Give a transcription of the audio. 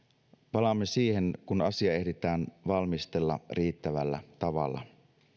palaamme siihen kun asia ehditään valmistella riittävällä tavalla